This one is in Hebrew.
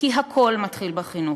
כי הכול מתחיל בחינוך.